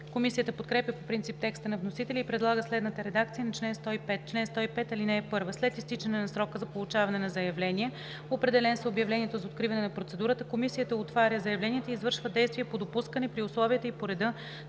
Комисията подкрепя по принцип текста на вносителя и предлага следната редакция на чл. 105: „Чл. 105. (1) След изтичането на срока за получаване на заявления, определен с обявлението за откриване на процедурата, комисията отваря заявленията и извършва действия по допускане при условията и по реда